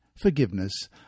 forgiveness